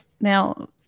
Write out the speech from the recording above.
now